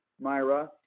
Myra